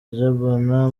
jabana